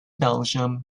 belgium